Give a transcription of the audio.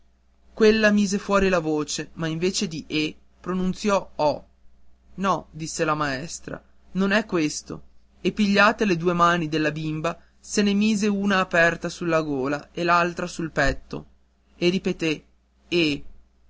quella mise fuori la voce ma invece di e pronunziò o no disse la maestra non è questo e pigliate le due mani della bimba se ne mise una aperta sulla gola e l'altra sul petto e ripeté e